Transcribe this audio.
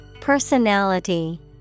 Personality